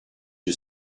you